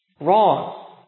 wrong